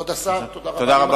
כבוד השר, תודה.